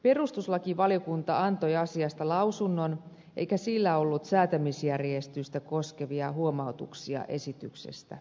perustuslakivaliokunta antoi asiasta lausunnon eikä sillä ollut säätämisjärjestystä koskevia huomautuksia esityksestä